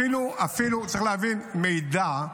אפילו, צריך להבין, מידע,